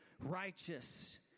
righteous